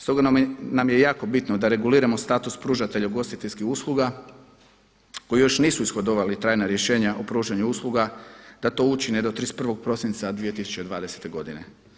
Stoga nam je jako bitno da reguliramo status pružatelja ugostiteljskih usluga koji još nisu ishodovali trajna rješenja o pružanju usluga da to učine do 31. prosinca 2020. godine.